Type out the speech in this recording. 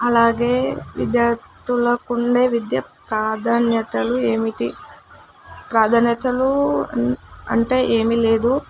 అలాగే విద్యార్థులకు ఉండే విద్య ప్రాధాన్యతలు ఏమిటి ప్రాధాన్యతలు అన్ అంటే ఏమి లేదు